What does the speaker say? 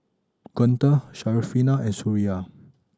Guntur Syarafina and Suria